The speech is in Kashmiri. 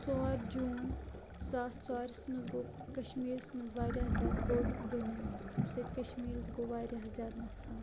ژور جوٗن زٕ ساس ژورَس مَنٛز گوٚو کَشمیٖرَس مَنٛز واریاہ زیادٕ بوٚڑ بُنیٚول یمہ سۭتۍ کشمیٖرَس گوٚو واریاہ زیادٕ نۄقصان